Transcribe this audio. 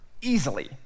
easily